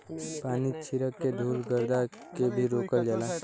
पानी छीरक के धुल गरदा के भी रोकल जाला